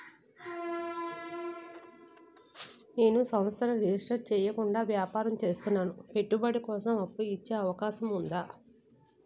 నేను సంస్థను రిజిస్టర్ చేయకుండా వ్యాపారం చేస్తున్నాను పెట్టుబడి కోసం అప్పు ఇచ్చే అవకాశం ఉందా?